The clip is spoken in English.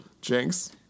Jinx